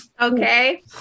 okay